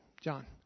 John